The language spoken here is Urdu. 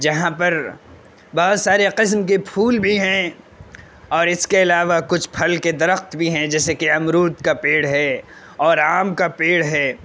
جہاں پر بہت سارے قسم کے پھول بھی ہیں اور اس کے علاوہ کچھ پھل کے درخت بھی ہیں جیسے کہ امرود کا پیڑ ہے اور آم کا پیڑ ہے